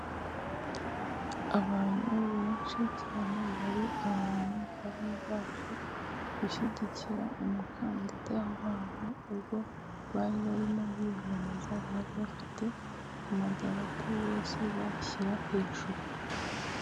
Abantu benshi cyane bari ahantu bamwe baje gushyigikira umukandida wabo, ubwo bari barimo biyamamaza, bari bafite amadaropo bose bayashyira hejuru.